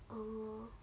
oh